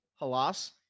halas